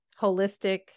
holistic